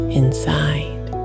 inside